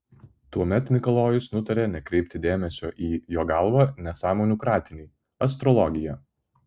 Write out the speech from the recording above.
tuomet mikalojus nutarė nekreipti dėmesio į jo galva nesąmonių kratinį astrologiją